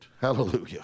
Hallelujah